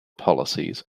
policies